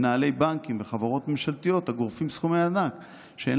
מנהלי בנקים וחברות ממשלתיות הגורפים סכומי עתק שאין